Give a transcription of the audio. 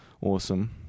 awesome